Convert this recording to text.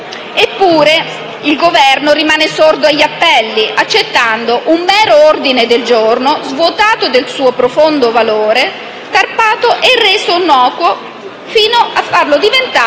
Eppure, il Governo rimane sordo agli appelli, accettando un mero ordine del giorno, svuotato del suo profondo valore, tarpato e reso innocuo, fino a diventare